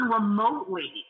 remotely